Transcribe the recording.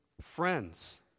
friends